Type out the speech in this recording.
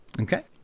Okay